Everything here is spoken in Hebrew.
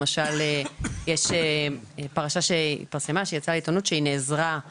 יש למשל פרשה שהתפרסמה ויצאה לעיתונות שהמידע